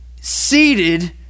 seated